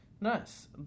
nice